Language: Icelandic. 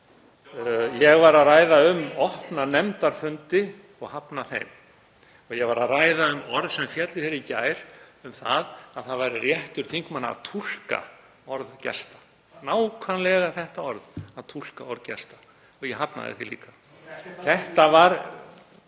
Ég var að ræða um opna nefndarfundi og hafna þeim. Ég var að ræða um orð sem féllu hér í gær um að það væri réttur þingmanna að túlka orð gesta, nákvæmlega þetta orð, að túlka orð gesta. Ég hafnaði því líka. (Gripið